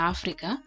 Africa